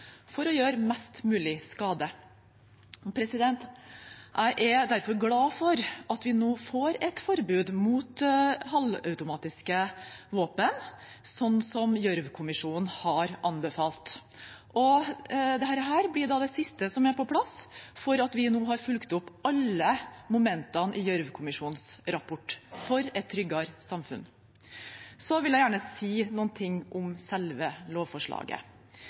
for å gjøre mest mulig skade. Jeg er derfor glad for at vi nå får et forbud mot halvautomatiske våpen, slik Gjørv-kommisjonen har anbefalt. Dette blir det siste som er på plass for at vi nå har fulgt opp alle momentene for et tryggere samfunn i Gjørv-kommisjonens rapport. Så vil jeg gjerne si noe om selve lovforslaget.